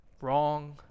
Wrong